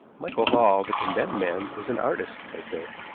michael hall, the condemned man, is an artist, i said.